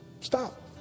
Stop